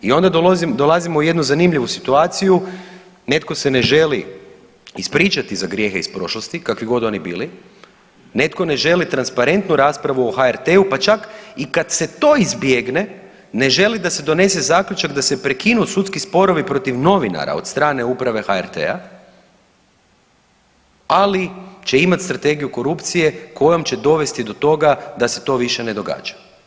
I onda dolazimo u jednu zanimljivu situaciju, netko se ne želi ispričati za grijehe iz prošlosti kakvi god oni bili, netko ne želi transparentnu raspravu o HRT-u pa čak i kad se to izbjegne ne želi da se donese zaključak da se prekinu sudski sporovi protiv novinara od strane uprave HRT-a, ali će imati strategiju korupcije kojom će dovesti do toga da se to više ne događa.